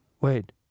Wait